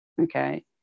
okay